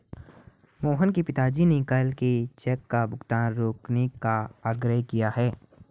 मोहन के पिताजी ने कल के चेक का भुगतान रोकने का आग्रह किए हैं